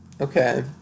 Okay